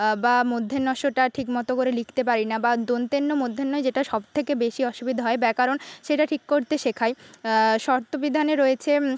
বা মূর্ধণ্য ষ টা ঠিক মতো করে লিখতে পারি না বা দন্ত্য ন মূর্ধন্য ন য় যেটা সবথেকে বেশি অসুবিধা হয় ব্যাকরণ সেটা ঠিক করতে শেখায় ষত্ববিধানে রয়েছে